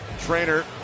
Trainer